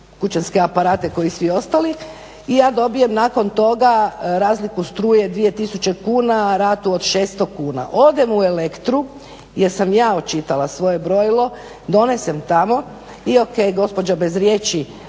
kućanske aparate kao i svi ostali i ja dobijem nakon toga razliku struje 2000 kuna, ratu od 600 kuna, odem u elektru jer sam ja očitala svoje brojilo, donesem tamo i o.k., gospođa bez riječi